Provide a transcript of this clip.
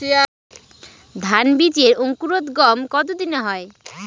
ধান বীজের অঙ্কুরোদগম কত দিনে হয়?